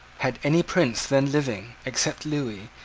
had any prince then living, except lewis,